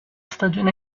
stagione